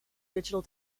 digital